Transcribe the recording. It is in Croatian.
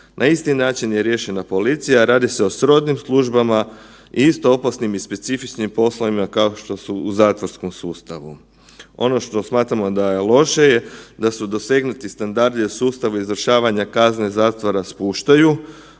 Na isti način je riješena policija, radi se o srodnim službama i isto opasnim i specifičnim poslovima, kao što su u zatvorskom sustavu. Ono što smatramo da je loše je da su dosegnuti standardi u sustavu izvršavanja kazne zatvora spuštaju,